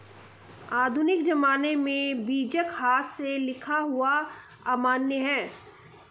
आधुनिक ज़माने में बीजक हाथ से लिखा हुआ अमान्य है